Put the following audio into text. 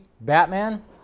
Batman